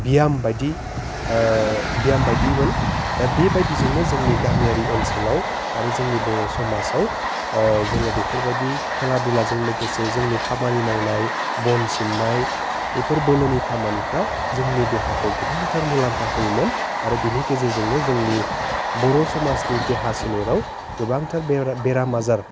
बियाम बायदि बियामबायदिमोन दा बेबायदिजोंनो जोंनि गामियारि ओनसोलाव आरो जोंनि बर' समाजाव जोङो बेफोरबायदि खेला दुलाजों लोगोसे जोंनि खामानि मावनाय बन सिननाय बेफोर बोलोनि खामानिफ्रा जोंनि देहाखौ गोबांथार मुलामफा होयोमोन आरो बिनि गेजेरजोंनो जोंनि बर' समाजनि देहा सोलेराव गोबांथार बेराम आजार